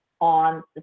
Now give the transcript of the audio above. on